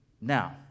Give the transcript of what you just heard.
Now